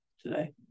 today